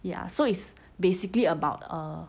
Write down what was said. ya so it's basically about err